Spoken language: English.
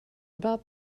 about